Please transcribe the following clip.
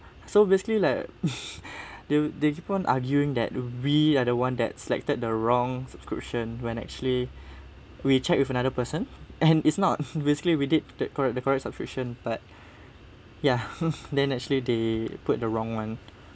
so basically like they'll they keep on arguing that we are the one that selected the wrong subscription when actually we checked with another person and it's not basically we did the correct the correct subscription but ya then actually they put the wrong [one]